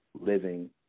living